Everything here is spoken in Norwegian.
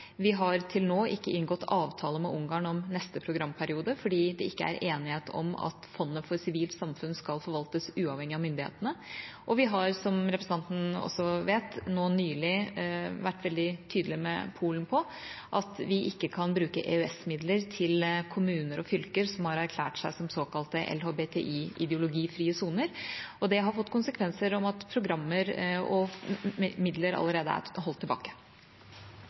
Vi har til nå ikke inngått avtale med Ungarn om neste programperiode, fordi det ikke er enighet om at fondet for sivilt samfunn skal forvaltes uavhengig av myndighetene. Og vi har, som representanten også vet, nå nylig vært veldig tydelig overfor Polen på at vi ikke kan bruke EØS-midler til kommuner og fylker som har erklært seg som såkalte LBHTI-ideologifrie soner. Det har fått konsekvenser som at programmer og midler allerede er holdt tilbake.